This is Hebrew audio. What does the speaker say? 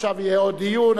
עכשיו יהיה עוד דיון,